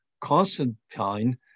Constantine